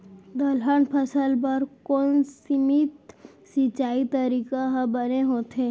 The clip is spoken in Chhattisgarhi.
दलहन फसल बर कोन सीमित सिंचाई तरीका ह बने होथे?